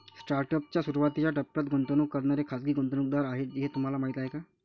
Startup च्या सुरुवातीच्या टप्प्यात गुंतवणूक करणारे खाजगी गुंतवणूकदार आहेत हे तुम्हाला माहीत आहे का?